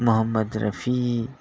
Muhammad Rafi